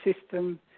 system